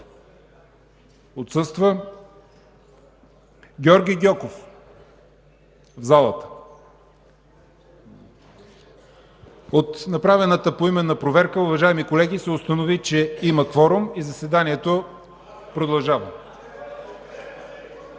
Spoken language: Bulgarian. отсъства Валери Симеонов Симеонов - тук От направената поименна проверка, уважаеми колеги, се установи, че има кворум и заседанието продължава.